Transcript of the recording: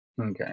Okay